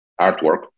artwork